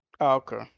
Okay